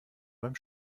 beim